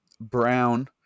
brown